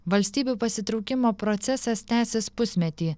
valstybių pasitraukimo procesas tęsis pusmetį